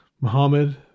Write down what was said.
Muhammad